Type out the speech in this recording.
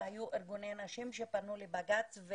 והיו ארגוני נשים שפנו לבג"ץ.